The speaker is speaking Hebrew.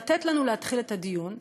לתת לנו להתחיל את הדיון,